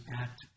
act